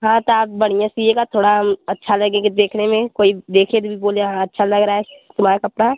हाँ तो आप बढ़िया सिएगा थोड़ा अच्छा लगे कि देखने में कोई देखे तो भी बोले हाँ अच्छा लग रहा है तुम्हारा कपड़ा